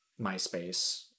MySpace